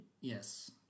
yes